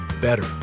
better